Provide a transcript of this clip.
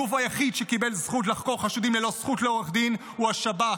הגוף היחיד שקיבל זכות לחקור חשודים ללא זכות לעורך דין הוא השב"כ,